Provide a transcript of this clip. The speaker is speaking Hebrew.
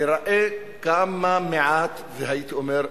ייראה כמה מעט והייתי אומר,